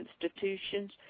institutions